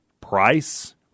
price